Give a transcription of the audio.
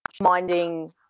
minding